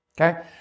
Okay